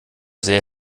sehr